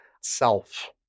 self